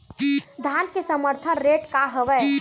धान के समर्थन रेट का हवाय?